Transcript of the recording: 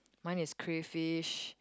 mine is crayfish